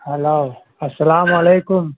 hello السلام علیکم